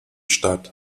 stadt